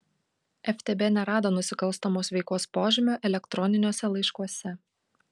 ftb nerado nusikalstamos veikos požymių elektroniniuose laiškuose